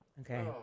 Okay